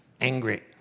angry